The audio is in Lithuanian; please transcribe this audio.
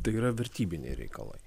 tai yra vertybiniai reikalai